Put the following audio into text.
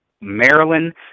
Maryland